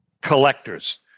collectors